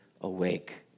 awake